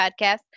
podcast